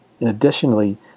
Additionally